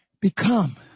become